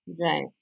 Right